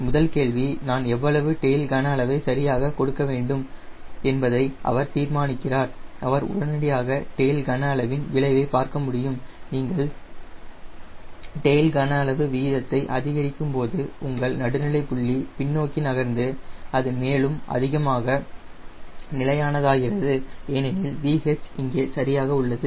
முதல் கேள்வி நான் எவ்வளவு டெயில் கன அளவை சரியாக எடுக்க வேண்டும் என்பதை அவர் தீர்மானிக்கிறார் அவர் உடனடியாக டெயில் கனஅளவின் விளைவைப் பார்க்க முடியும் நீங்கள் டெயில் கன அளவு விகிதத்தை அதிகரிக்கும் போது உங்கள் நடுநிலை புள்ளி பின்னோக்கி நகர்ந்து அது மேலும் அதிகமாக நிலையானதாகிறது ஏனெனில் VH இங்கே சரியாக உள்ளது